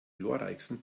glorreichsten